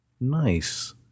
Nice